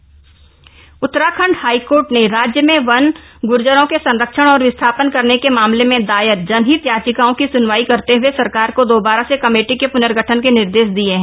high court वन Gujjar Uttarakhand high court ने राज्य में वन ग्र्जरों के संरक्षण और विस्थापन करने के मामले में दायर जनहित याचिकाओ की सुनवाई करते हए सरकार को दोबारा से कमेटी के पुनर्गठन के निर्देश दिये हैं